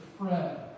Fred